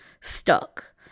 stuck